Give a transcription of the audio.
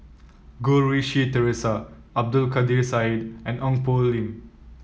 Goh Rui Si Theresa Abdul Kadir Syed and Ong Poh Lim